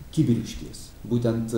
kibirkštys būtent